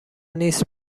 نیست